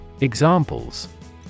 Examples